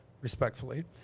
respectfully